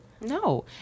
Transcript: No